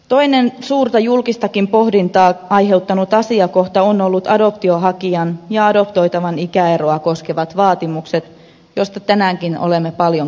toinen suurta julkistakin pohdintaa aiheuttanut asiakohta on ollut adoptionhakijan ja adoptoitavan ikäeroa koskevat vaatimukset joista tänäänkin olemme paljon käyneet keskustelua